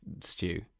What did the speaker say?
stew